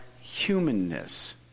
humanness